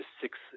six